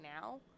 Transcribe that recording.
now